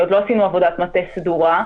עדיין לא עשינו עבודת מטה סדורה,